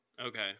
okay